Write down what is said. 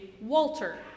Walter